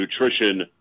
nutrition